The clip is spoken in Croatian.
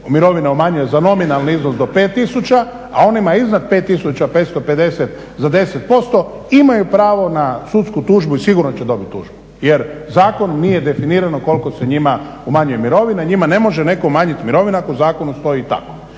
mirovina umanjuje za nominalni iznos do 5000, a onima iznad 5550 za 10% imaju pravo na sudsku tužbu i sigurno će dobiti tužbu jer zakonom nije definirano koliko se njima umanjuje mirovina. I njima ne može netko umanjiti mirovinu ako u zakonu stoji tako.